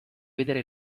vedere